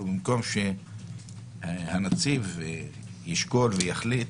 במקום שהנציב ישקול ויחליט,